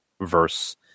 verse